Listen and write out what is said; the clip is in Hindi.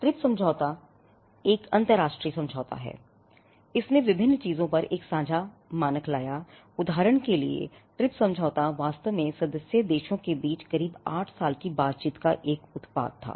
ट्रिप्स समझौता वास्तव में सदस्य देशों के बीच करीब 8 साल की बातचीत का एक उत्पाद था